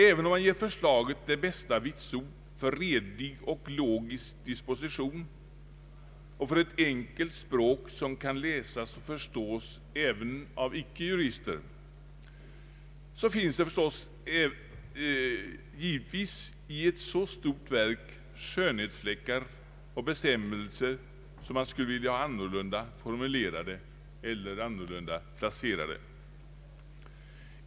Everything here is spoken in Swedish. Även om man ger förslaget det bästa vitsord för redig och logisk disposition och för ett enkelt språk, som kan läsas och förstås även av icke jurister, så finns det givetvis i ett så stort verk skönhetsfläckar och bestämmelser som man skulla vilja ha annorlunda formulerade eller placerade.